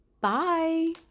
Bye